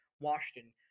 Washington